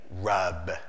rub